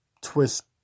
twist